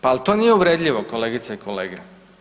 Pa jel to nije uvredljivo kolegice i kolege?